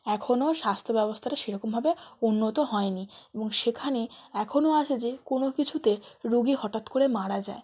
এখনও স্বাস্থ্য ব্যবস্থাটা সেরকমভাবে উন্নত হয়নি এবং সেখানে এখনও আছে যে কোনো কিছুতে রোগী হঠাৎ করে মারা যায়